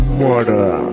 murder